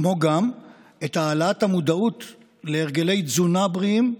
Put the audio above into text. כמו גם את העלאת המודעות להרגלי תזונה בריאים,